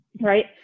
Right